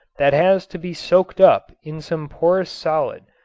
that has to be soaked up in some porous solid,